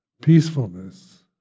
peacefulness